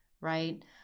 right